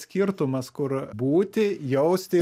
skirtumas kur būti jausti